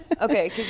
Okay